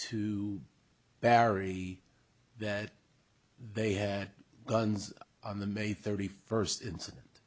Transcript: to barry that they had guns on the may thirty first i